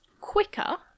quicker